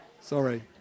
Sorry